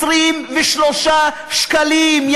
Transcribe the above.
23 שקלים.